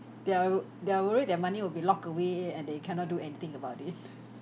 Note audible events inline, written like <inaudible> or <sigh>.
they are they are worried their money will be locked away and they cannot do anything about it <breath>